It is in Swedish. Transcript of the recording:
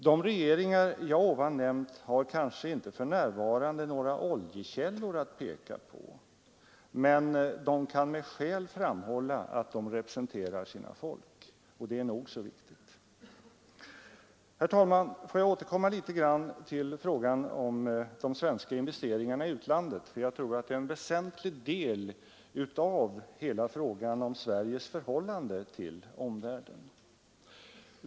De regeringar jag nämnt har kanske inte för närvarande några oljekällor att peka på, men de kan med skäl framhålla att de representerar sina folk, och det är nog så viktigt. Herr talman! Låt mig återkomma till frågan om de svenska investeringarna i utlandet — jag tror att det är en väsentlig del av hela frågan om Sveriges förhållande till omvärlden.